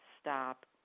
stop